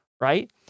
right